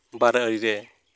ᱵᱟᱨ ᱟᱲᱤ ᱨᱮ